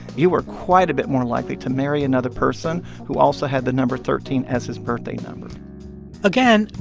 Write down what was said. you were quite a bit more likely to marry another person who also had the number thirteen as his birthday number again,